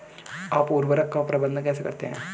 आप उर्वरक का प्रबंधन कैसे करते हैं?